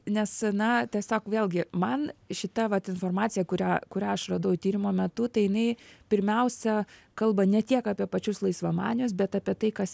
nes na tiesiog vėlgi man šita vat informacija kurią kurią aš radau tyrimo metu tai jinai pirmiausia kalba ne tiek apie pačius laisvamanius bet apie tai kas